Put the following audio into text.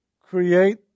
create